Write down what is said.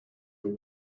your